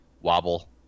wobble